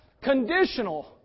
conditional